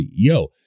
CEO